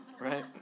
right